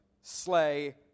slay